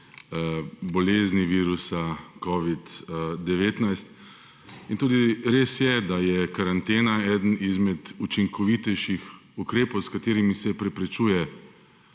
bolezni virusa covid-19. In tudi res je, da je karantena eden izmed učinkovitejših ukrepov, s katerimi se preprečuje